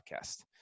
podcast